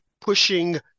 pushing